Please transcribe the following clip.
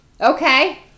Okay